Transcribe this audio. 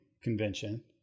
convention